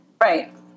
Right